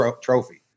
trophy